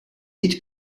niet